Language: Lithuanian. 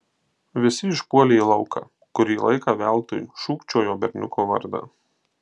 visi išpuolė į lauką kurį laiką veltui šūkčiojo berniuko vardą